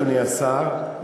אדוני השר,